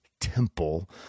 temple